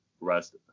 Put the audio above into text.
rest